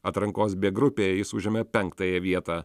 atrankos b grupėj jis užėmė penktąją vietą